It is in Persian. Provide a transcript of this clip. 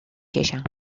کشم